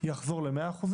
יחזור ל-100%,